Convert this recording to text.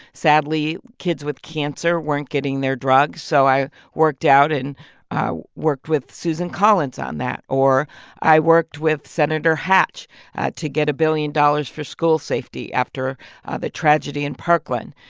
sadly, kids with cancer weren't getting their drugs. so i worked out and worked with susan collins on that or i worked with senator hatch to get a billion dollars for school safety after the tragedy in parkland.